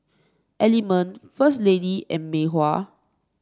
Element First Lady and Mei Hua